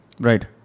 Right